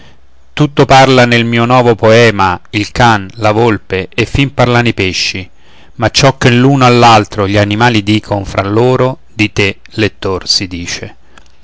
tutto parla nel mio novo poema il can la volpe e fin parlano i pesci ma ciò che l'uno all'altro gli animali dicon fra lor di te lettor si dice